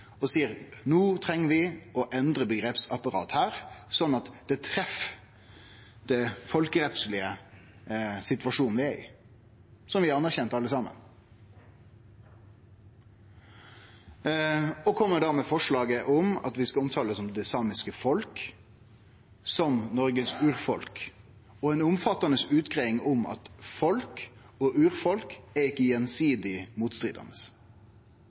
og seier at no treng vi å endre omgrepsapparatet her, slik at det treff den folkerettslege situasjonen vi er i, som vi alle saman har anerkjent, og kjem då med eit forslag om at vi skal omtale det samiske folk som «Noregs urfolk», og ei omfattande utgreiing om at «folk» og «urfolk» ikkje er gjensidig motstridande.